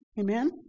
Amen